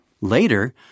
Later